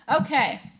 Okay